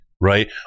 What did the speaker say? right